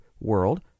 world